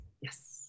Yes